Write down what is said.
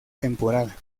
temporada